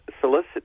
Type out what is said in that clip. solicit